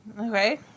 Okay